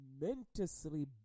momentously